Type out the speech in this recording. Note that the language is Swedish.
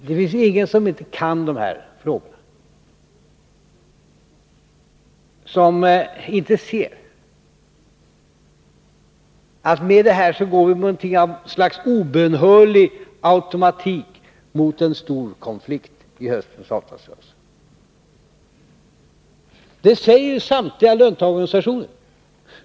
Det finns ingen som kan dessa frågor som inte ser att vi med detta beslut med ett slags obönhörlig automatik går mot en storkonflikt i höstens avtalsrörelse. Det säger samtliga löntagarorganisationer.